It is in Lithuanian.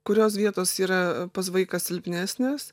kurios vietos yra pas vaiką silpnesnės